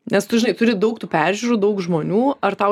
nes tu žinai turi daug tų peržiūrų daug žmonių ar tau